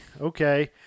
Okay